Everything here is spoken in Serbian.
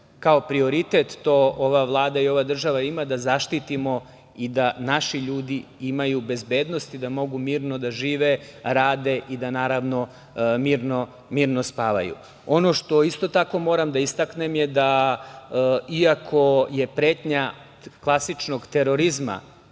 kao prioritet to ova Vlada i ova država ima, da zaštitimo i da naši ljudi imaju bezbednost i da mogu mirno da žive, rade i da mirno spavaju. Ono što isto tako moram da istaknem je da iako je pretnja klasičnog terorizma,